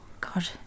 God